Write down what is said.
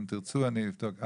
אם תרצו אני אבדוק.